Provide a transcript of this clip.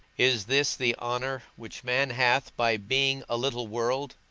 is this the honour which man hath by being a little world,